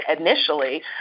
initially